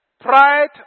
Pride